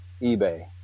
ebay